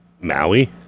Maui